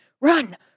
Run